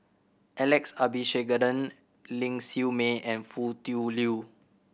Alex Abisheganaden Ling Siew May and Foo Tui Liew